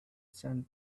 sand